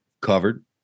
Covered